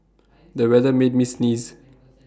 the weather made me sneeze